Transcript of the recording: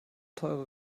teure